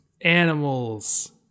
animals